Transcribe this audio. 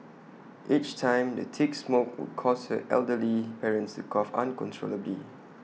each time the thick smoke would cause her elderly parents to cough uncontrollably